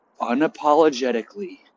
unapologetically